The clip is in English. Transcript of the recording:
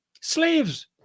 Slaves